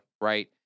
Right